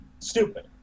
Stupid